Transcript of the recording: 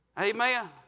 Amen